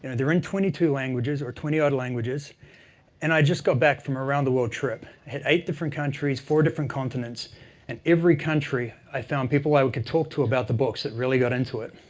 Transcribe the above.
and they're in twenty two languages, or twenty odd languages and i just got back from a round the world trip at eight different countries, four different continents and every country, i found people i could talk to about the books that really got into it.